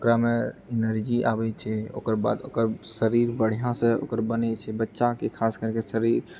ओकरामे ईनर्जी आबैत छै ओकरबाद ओकर शरीर बढ़िआँसँ ओकर बनैत छै बच्चाके खास करके शरीर